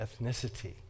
ethnicity